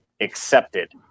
accepted